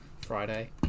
Friday